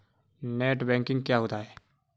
Net banking क्या होता है?